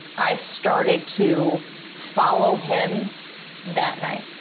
i started to follow him that night.